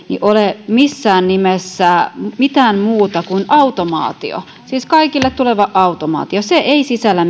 ole missään nimessä mitään muuta kuin automaatio siis kaikille tuleva automaatio se ei sisällä